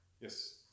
Yes